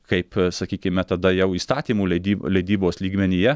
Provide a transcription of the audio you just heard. kaip sakykime tada jau įstatymų leidyba leidybos lygmenyje